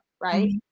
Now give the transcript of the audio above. right